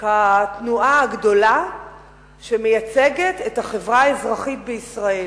כתנועה הגדולה שמייצגת את החברה האזרחית בישראל.